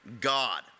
God